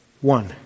one